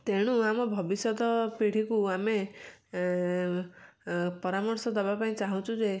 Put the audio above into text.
ତେଣୁ ଆମ ଭବିଷ୍ୟତ ପିଢ଼ିକୁ ଆମେ ପରାମର୍ଶ ଦେବା ପାଇଁ ଚାହୁଁଛୁ ଯେ